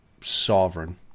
sovereign